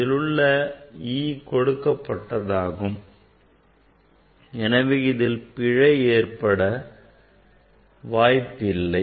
இதிலுள்ள e கொடுக்கப்பட்டதாகும் எனவே இதில் பிழை ஏற்பட வாய்ப்பில்லை